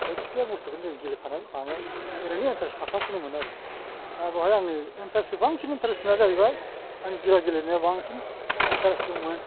जायखिजाया बुस्थुखौनो जों गेलेफानानै मानायाव ओरैनो एन्थारेस थाफासिनोमोन जों दा बहाय आंनि एन्थारेसआ एसेबांखिनि एन्थारेससिनआ जाहैबाय आं गिला गेलेनायाव बांसिन एन्थारेस दंमोन